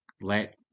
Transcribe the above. let